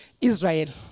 Israel